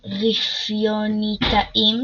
Telestacea רפיוניתאים